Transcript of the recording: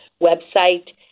website